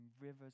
rivers